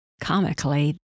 comically